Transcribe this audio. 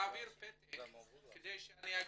פתק בבקשה ותירשם.